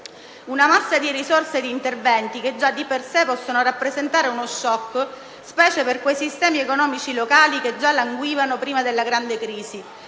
una massa di risorse e di interventi che possono rappresentare già di per sé uno *shock*, specie per quei sistemi economici locali che già languivano prima della grande crisi